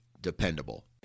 dependable